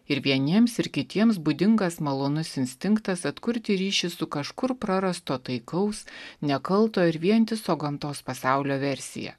ir vieniems ir kitiems būdingas malonus instinktas atkurti ryšį su kažkur prarasto taikaus nekalto ir vientiso gamtos pasaulio versija